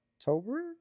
October